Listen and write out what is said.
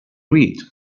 weed